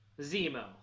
zemo